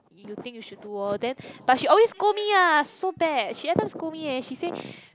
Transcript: you think you should do lor then but she always scold me ah so bad she everytime scold me eh she say